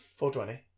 420